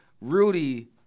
Rudy